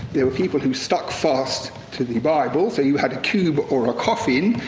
there were people who stuck fast to the bible, so you had a cube or a coffin.